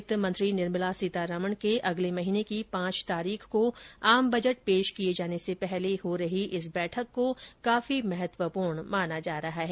वित्त मंत्री निर्मला सीतारामण के अगले महीने की पांच तारीख को आम बजट पेश किए जाने से पहले हो रही इस बैठक को महत्वपूर्ण माना जा रहा है